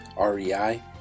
REI